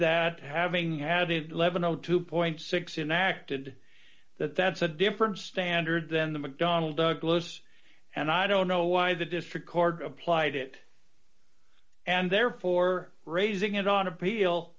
that having added level no two six in acted that that's a different standard than the mcdonnell douglas and i don't know why the district court applied it and therefore raising it on appeal